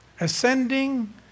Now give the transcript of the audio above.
ascending